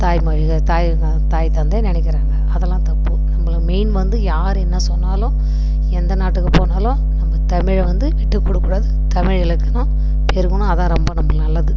தாய்மொழி க தாய் தான் தாய் தந்தை நினைக்கிறாங்க அதெல்லாம் தப்பு நம்பள மெயின் வந்து யார் என்ன சொன்னாலும் எந்த நாட்டுக்கு போனாலும் நம்ப தமிழை வந்து விட்டு கொடுக்கூடாது தமிழ் இலக்கணம் பெருகணும் அதான் ரொம்ப நம்மளுக்கு நல்லது